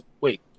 Wait